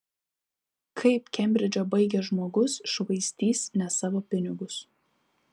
kaip kembridžą baigęs žmogus švaistys ne savo pinigus